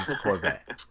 Corvette